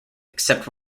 except